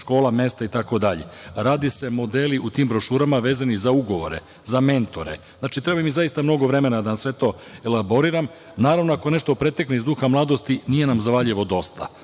škola, mesta itd. Rade se modeli u tim brošurama vezani za ugovore, za mentore. Znači, treba mi zaista mnogo vremena da sve to elaboriram, naravno ako nešto pretekne iz duha mladosti nije nam za Valjevo dosta.